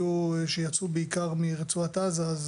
שיצאו בעיקר מרצועת עזה,